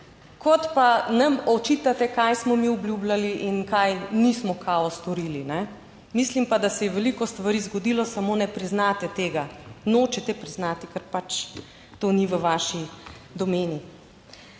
kot pa nam očitate, kaj smo mi obljubljali in kaj nismo kao storili, mislim pa, da se je veliko stvari zgodilo, samo ne priznate tega. Nočete priznati, ker pač to ni v vaši domeni.